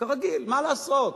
כרגיל, מה לעשות,